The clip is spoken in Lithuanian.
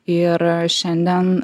ir šiandien